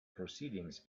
proceedings